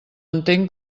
entenc